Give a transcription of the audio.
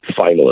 finalist